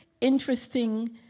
interesting